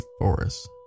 forests